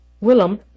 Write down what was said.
Willem